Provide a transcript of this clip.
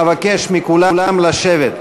הצעת חוק בתי-המשפט (תיקון,